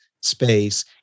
space